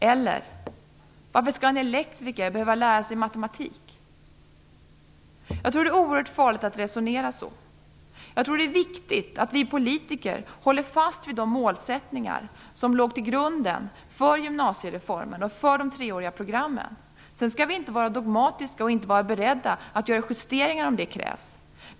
Eller också frågar man: Varför skall en elektriker behöva lära sig matematik? Jag tror att det är oerhört farligt att resonera så. Jag tror också att det är viktigt att vi politiker håller fast vid de målsättningar som låg till grund för gymnasiereformen och för de treåriga programmen. Sedan skall vi inte vara dogmatiska och inte vara beredda att göra justeringar om så krävs.